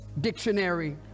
Dictionary